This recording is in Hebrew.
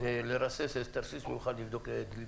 ולרסס תרסיס מיוחד לבדוק דליפות.